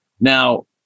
Now